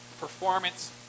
performance